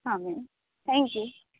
હા ma'am thank you